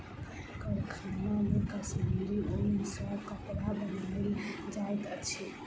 कारखाना मे कश्मीरी ऊन सॅ कपड़ा बनायल जाइत अछि